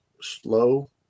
slow